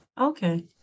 Okay